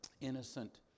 Innocent